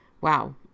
Wow